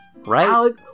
right